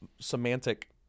semantic